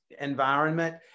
environment